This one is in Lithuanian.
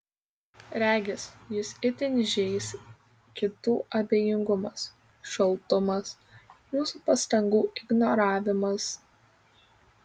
regis jus itin žeis kitų abejingumas šaltumas jūsų pastangų ignoravimas